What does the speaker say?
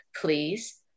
Please